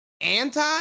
anti